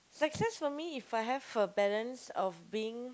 success for me if I have a balance of being